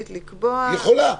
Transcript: היא יכולה,